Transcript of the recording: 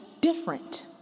different